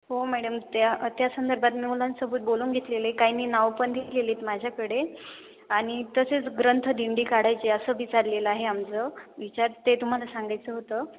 हो मॅडम त्या त्या संदर्भात मी मुलांसोबत बोलून घेतलेले काहीनी नाव पण घेतलेली आहेत माझ्याकडे आणि तसेच ग्रंथ दिंडी काढायचे असं विचारलेलं आहे आमचं विचार ते तुम्हाला सांगायचं होतं